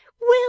Well